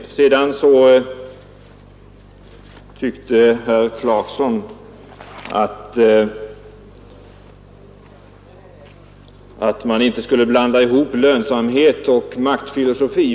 Herr Clarkson tyckte att man inte borde blanda ihop lönsamhet och maktfilosofi.